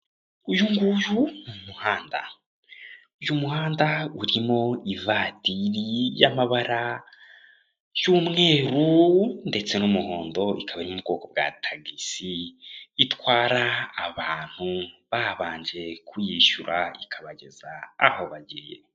Uyunguyu muhanda y'umuhanda urimo ivatiri y'amabara y'umweru ndetse n'umuhondo ikaba n'ubwoko bwa tagisi itwara abantu babanje kuyishyura ikabageza aho bagiye.